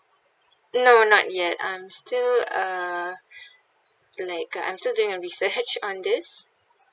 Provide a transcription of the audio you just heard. no not yet I'm still uh like I'm still doing a research on this